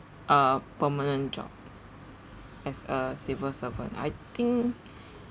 ah permanent job as a civil servant I think